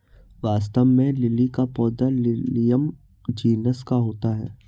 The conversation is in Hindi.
वास्तव में लिली का पौधा लिलियम जिनस का होता है